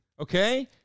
Okay